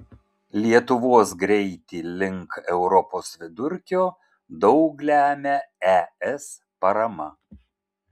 lietuvos greitį link europos vidurkio daug lemia es parama